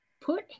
put